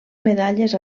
medalles